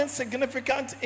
significant